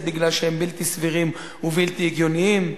בגלל שהם בלתי סבירים ובלתי הגיוניים,